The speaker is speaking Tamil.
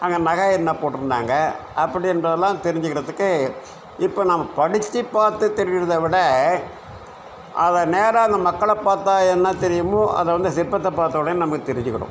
அங்கே நகை என்ன போட்டிருந்தாங்க அப்படின்றதுலாம் தெரிஞ்சுக்கிறதுக்கு இப்போ நாம் படிச்சு பார்த்து தெரிகிறத விட அதை நேராக அந்த மக்களை பார்த்தா என்ன தெரியுமோ அதை வந்து சிற்பத்தை பார்த்த உடனே நம்ம தெரிஞ்சுக்கிறோம்